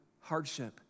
hardship